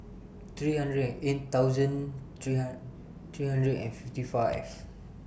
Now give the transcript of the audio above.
three hundred and eight thousand three hundred three hundred and fifty five